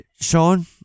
Sean